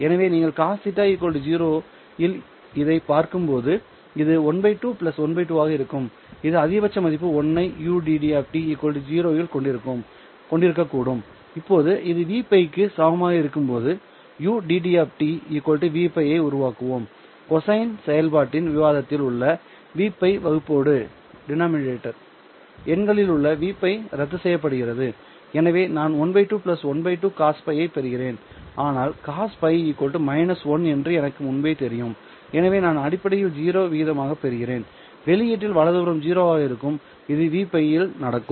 எனவே நீங்கள் cos0 இல் இதைப் பார்க்கும்போது இது 12 12 ஆக இருக்கும் இது அதிகபட்ச மதிப்பு 1 ஐ ud 0 இல் கொண்டிருக்கக்கூடும் இப்போது இது Vπ க்கு சமமாக இருக்கும்போது ud Vπ ஐ உருவாக்குவோம் கொசைன் செயல்பாட்டின் விவாதத்தில் உள்ள Vπ வகுப்போடு எண்களில் உள்ள Vπ ரத்து செய்யப்படுகிறதுஎனவே நான் 12 12 cosπ ஐப் பெறுகிறேன் ஆனால் cosπ 1 என்று எனக்கு முன்பே தெரியும் எனவே நான் அடிப்படையில் 0 ஐ விகிதமாகப் பெறுகிறேன் வெளியீட்டில் வலதுபுறம் 0 ஆக இருக்கும் இது Vπ இல் நடக்கும்